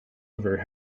over